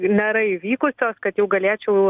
nėra įvykusios kad jau galėčiau